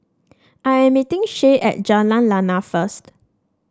I am meeting Shae at Jalan Lana first